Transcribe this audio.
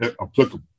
applicable